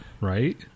right